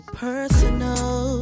personal